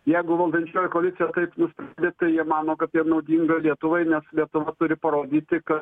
jeigu valdančioji koalicija taip nus bet tai jie mano kad yra naudinga lietuvai nes lietuva turi parodyti ka